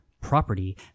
property